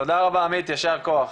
תודה רבה, עמית, יישר כוח.